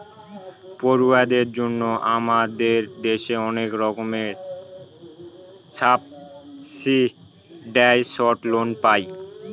পড়ুয়াদের জন্য আমাদের দেশে অনেক রকমের সাবসিডাইসড লোন পায়